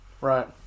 Right